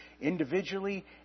individually